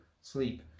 sleep